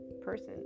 person